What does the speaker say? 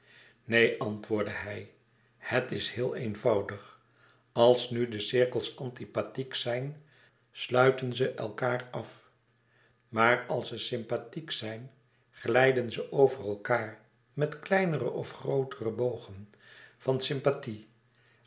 neen antwoordde hij het is heel eenvoudig als nu de cirkels antipathiek zijn stuiten ze elkaâr af maar als ze sympathiek zijn glijden ze over elkaâr met kleinere of grootere bogen van sympathie